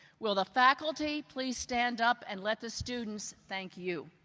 will the faculty please stand up and let the students thank you.